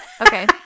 Okay